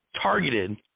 targeted